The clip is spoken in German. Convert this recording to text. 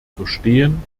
verstehen